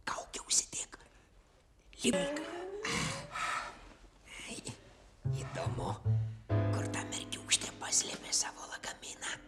kaukė užsidėk mergiūkštė paslėpė savo lagaminą